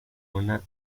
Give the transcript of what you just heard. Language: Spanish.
una